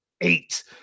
eight